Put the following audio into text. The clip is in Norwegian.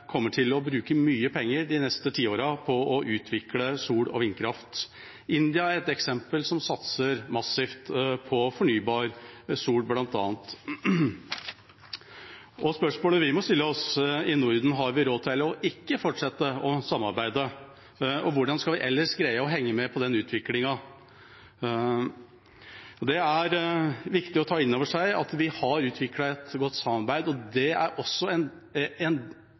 kommer til å bruke mye penger de neste tiårene på å utvikle sol- og vindkraft. India er et eksempel på et land som satser massivt på fornybar energi, bl.a. solkraft. Spørsmål vi må stille oss i Norden, er: Har vi råd til ikke å fortsette samarbeidet, og hvordan skal vi ellers greie å henge med på den utviklingen? Det er viktig å ta inn over seg at vi har utviklet et godt samarbeid. Det er også en